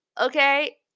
Okay